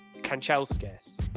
Kanchelskis